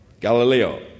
Galileo